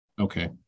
okay